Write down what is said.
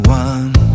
one